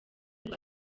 rwa